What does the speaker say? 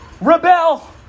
rebel